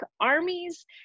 armies